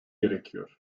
gerekiyor